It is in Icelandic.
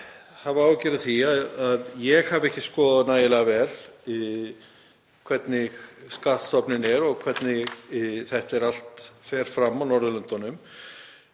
áhyggjur af því að ég hafi ekki skoðað nægilega vel hvernig skattstofninn er og hvernig þetta fer allt fram á Norðurlöndunum.